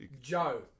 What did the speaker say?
Joe